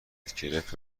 گرفت